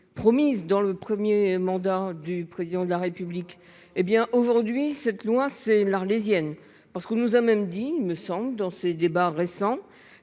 promise dans le 1er mandat du président de la République, hé bien, aujourd'hui, cette loi, c'est l'Arlésienne parce qu'on nous a même dit il me semble dans ces débats récents